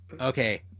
Okay